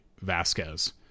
Vasquez